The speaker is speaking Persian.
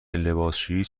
لباسشویی